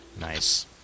Nice